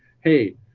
hey